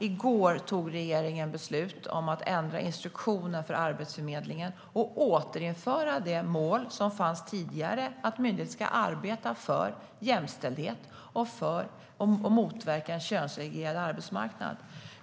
I går tog regeringen beslut om att ändra instruktionen för Arbetsförmedlingen och återinföra det mål som fanns tidigare om att myndigheten ska arbeta för jämställdhet och motverka en könssegregerad arbetsmarknad.